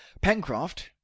pencroft